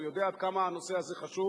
הוא יודע עד כמה הנושא הזה חשוב.